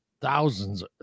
thousands